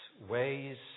ways